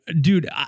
dude